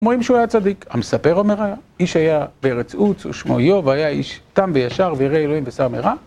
כמו אם שהוא היה צדיק, המספר אומר היה. איש היה בארץ עוץ, הוא שמו איוב, היה איש תם וישר וירא אלוהים וסר מרע.